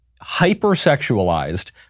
hyper-sexualized